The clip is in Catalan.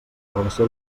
relació